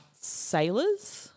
Sailors